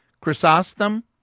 Chrysostom